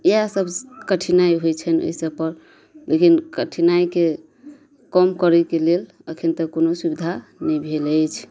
इएह सब कठिनाइ होइ छैनि ओहिसँ पर लेकिन कठिनाइ के कम करैके लेल अखैन तक कोनो सुविधा नइ भेल अइछ